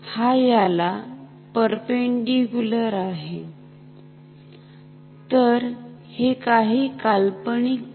हा याला लंबपरपेंडीक्युलर आहे तर हे काही काल्पनिक प्लेन आहेत